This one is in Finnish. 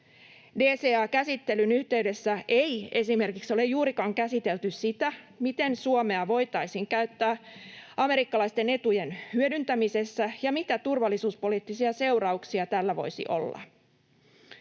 DCA-käsittelyn yhteydessä ei esimerkiksi ole juurikaan käsitelty sitä, miten Suomea voitaisiin käyttää amerikkalaisten etujen hyödyntämisessä ja mitä turvallisuuspoliittisia seurauksia tällä voisi olla.